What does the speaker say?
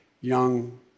young